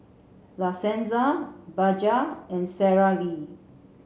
La Senza Bajaj and Sara Lee